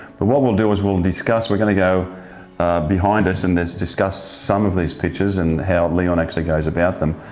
but what we'll do is we'll discuss, we're going to go behind us and discuss some of these pictures, and how leon goes about them,